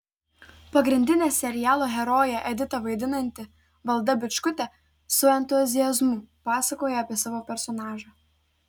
pagrindinę serialo heroję editą vaidinanti valda bičkutė su entuziazmu pasakoja apie savo personažą